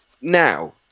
Now